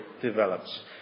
develops